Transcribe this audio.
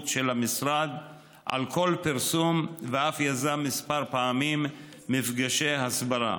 של המשרד על כל פרסום ואף יזם כמה פעמים מפגשי הסברה.